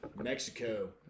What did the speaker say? Mexico